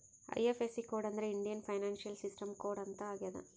IFSC code ಅಂದ್ರೆ Indian financial system code ಅಂತ ಆಗ್ಯದ